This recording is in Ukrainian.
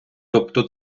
тобто